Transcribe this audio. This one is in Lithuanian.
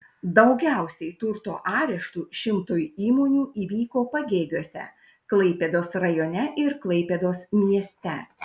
daugiausiai turto areštų šimtui įmonių įvyko pagėgiuose klaipėdos rajone ir klaipėdos mieste